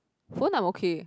phone I'm okay